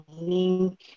link